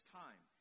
time